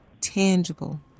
tangible